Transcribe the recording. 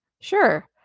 sure